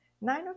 nine